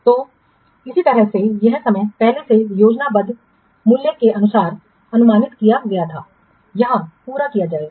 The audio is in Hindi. तो इसी तरह से यह समय पहले से योजनाबद्ध मूल्य के अनुसार अनुमानित किया गया था यहां पूरा किया जाएगा